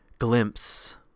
glimpse